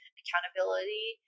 accountability